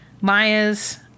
Maya's